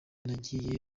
nagiye